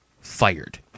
fired